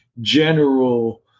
general